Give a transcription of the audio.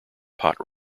pot